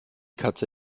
katze